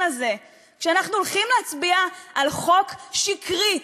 הזה כשאנחנו הולכים להצביע על חוק שקרי,